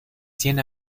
cien